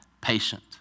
patient